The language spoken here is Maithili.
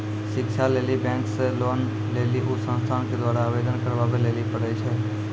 शिक्षा लेली बैंक से लोन लेली उ संस्थान के द्वारा आवेदन करबाबै लेली पर छै?